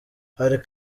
hari